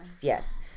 Yes